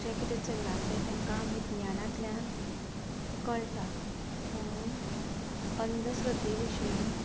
जे कितें चल्लां तें तांका विज्ञानांतल्यान कळटा म्हणून अंधश्रध्दे विशयी